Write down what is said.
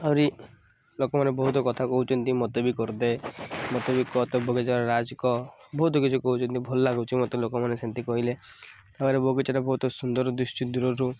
ଆହୁରି ଲୋକମାନେ ବହୁତ କଥା କହୁଛନ୍ତି ମତେ ବି କରଦେ ମତେ ବି ବଗିଚାରେ ବହୁତ କିଛି କହୁଛନ୍ତି ଭଲ ଲାଗୁଛି ମତେ ଲୋକମାନେ ସେମିତି କହିଲେ ତା'ପରେ ବଗିଚାରେ ବହୁତ ସୁନ୍ଦର ଦିଶୁଛି ଦୂରରୁ